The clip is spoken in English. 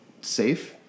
safe